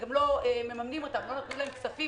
גם לא מממנים אותם ולא נותנים להם כספים